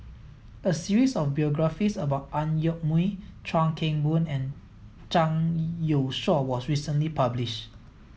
a series of biographies about Ang Yoke Mooi Chuan Keng Boon and Zhang Youshuo was recently published